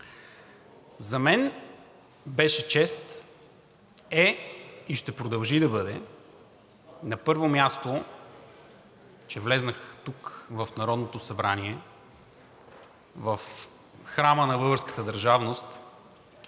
За мен беше чест, е и ще продължи да бъде, на първо място, че влязох тук в Народното събрание, в храма на българската държавност.